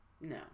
No